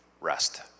Rest